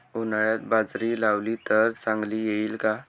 उन्हाळ्यात बाजरी लावली तर चांगली येईल का?